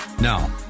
Now